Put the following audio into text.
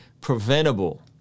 preventable